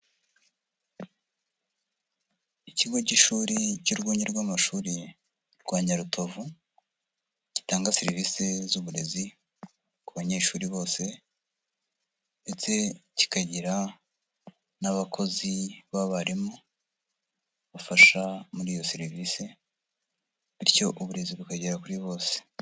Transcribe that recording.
Ikigo cy'ishuri cy'urwunge rw'amashuri rwa Nyarutovu, gitanga serivisi z'uburezi ku banyeshuri bose, ndetse kikagira n'abakozi b'abarimu bafasha muri iyo serivisi, bityo uburezi bukagera kuri bose.